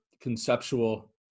conceptual